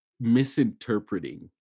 misinterpreting